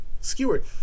skewered